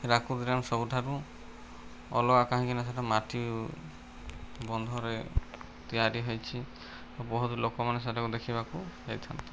Hirakud dam ସବୁଠାରୁ ଅଲଗା କାହିଁକିନା ସେଇଟା ମାଟି ବନ୍ଧରେ ତିଆରି ହେଇଛି ବହୁତ ଲୋକମାନେ ସେଇଟାକୁ ଦେଖିବାକୁ ଯାଇଥାନ୍ତି